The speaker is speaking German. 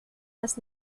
das